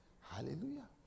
Hallelujah